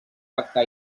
pacte